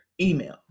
email